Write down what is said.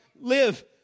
live